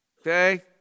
okay